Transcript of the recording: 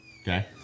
okay